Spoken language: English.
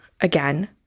again